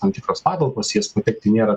tam tikros patalpos į jas patekti nėra